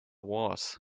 wars